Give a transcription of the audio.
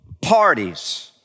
parties